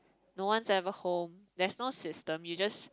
no one's ever home there's no system you just